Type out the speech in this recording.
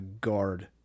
guard